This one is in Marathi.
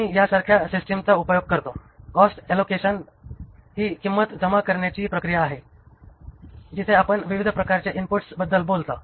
आम्ही यासारख्या सिस्टिमचा उपयोग करतो कॉस्ट ऍकेमुलेशन ही किंमत जमा करण्याची प्रक्रिया आहे जिथे आपण विविध प्रकारच्या इनपुट्स बद्दल बोलता